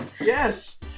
Yes